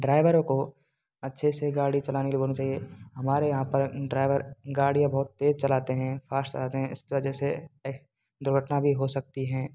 ड्राइवरों को अच्छे से गाड़ी चलाने के लिए बोलना चाहिए हमारे यहाँ पर ड्राइवर गाड़ियाँ बहुत तेज़ चलाते हैं फास्ट चलाते हैं इस तरह जैसे दुर्घटना भी हो सकती है